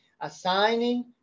assigning